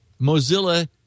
mozilla